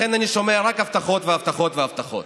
אני שומע רק הבטחות והבטחות והבטחות,